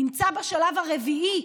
נמצא בשלב הרביעי,